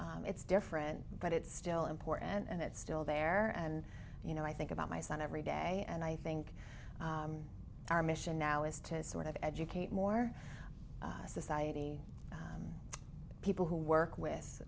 it's different but it's still important and it's still there and you know i think about my son every day and i think our mission now is to sort of educate more society people who work with